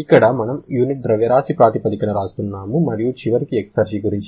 ఇక్కడ మనము యూనిట్ ద్రవ్యరాశి ప్రాతిపదికన వ్రాస్తున్నాము మరియు చివరకు ఎక్సర్జి గురించి ఏమిటి